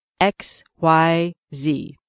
XYZ